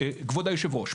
כבוד היושב-ראש,